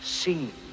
seen